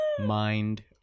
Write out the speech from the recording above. Mind